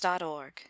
org